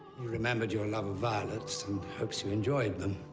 remembered your love of violets and hopes you enjoyed them.